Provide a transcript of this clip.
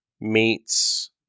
meets